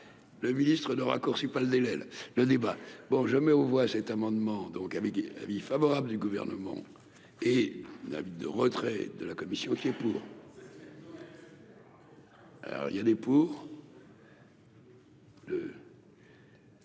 Le ministre de raccourcis pas le délai le le débat, bon je mets aux voix cet amendement donc avec avis favorable du gouvernement et la de retrait de la commission qui est pour. Alors il y a des pour.